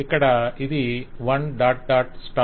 ఇక్కడ ఇది 1